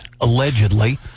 allegedly